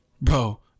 Bro